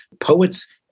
poets